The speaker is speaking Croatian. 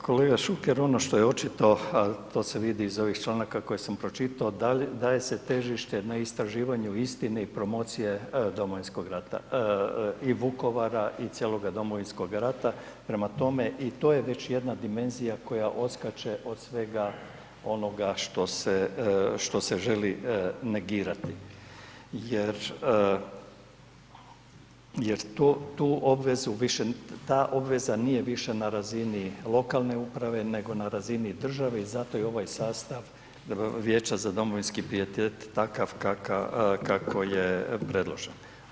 Ali, kolega Šuker, ono što je očito, a to se vidi iz ovih članaka koje sam pročitao, daje se težište na istraživanju istine i promocije Domovinskog rata, i Vukovara i cijeloga Domovinskoga rata, prema tome, i to je već jedna dimenzija koja odskače od svega onoga što se želi negirati jer tu obvezu više, ta obveza nije više na razini lokalne uprave nego na razini države i zato je ovaj sastav Vijeća za domovinski pijetet takav kako je predloženo.